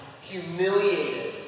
humiliated